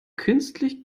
künstlich